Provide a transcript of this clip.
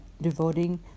devoting